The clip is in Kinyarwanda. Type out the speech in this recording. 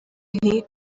nti